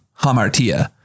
hamartia